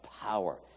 power